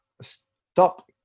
Stop